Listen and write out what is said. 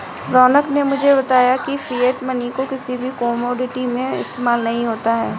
रौनक ने मुझे बताया की फिएट मनी को किसी भी कोमोडिटी में इस्तेमाल नहीं होता है